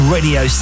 Radio